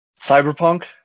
Cyberpunk